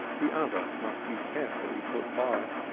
the other must be carefully put by.